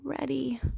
Ready